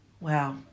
Wow